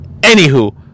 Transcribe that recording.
Anywho